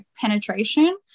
penetration